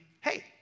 hey